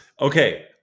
Okay